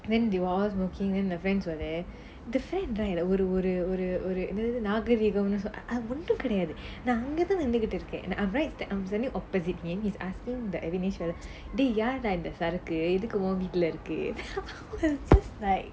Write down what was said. then they were all smoking then the friends the friend ஒரு ஒரு ஒரு ஒரு என்னது நாகரீகம்னு ஒன்னும் கெடையாது:oru oru oru oru ennathu naagarigamnu onnum kedaiyaathu I was standing opposite him he was asking டேய் யாருடா இந்த சரக்கு எனக்கு உன் வீட்டுல இருக்கு:dei yaaruda intha saarakku ethukku un veetula irukku I was just like